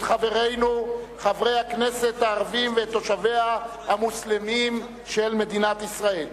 את חברינו חברי הכנסת הערבים ואת תושביה המוסלמים של מדינת ישראל.